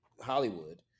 Hollywood